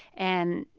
and,